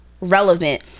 relevant